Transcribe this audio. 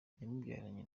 yamubyaranye